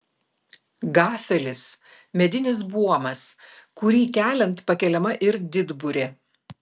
gafelis medinis buomas kurį keliant pakeliama ir didburė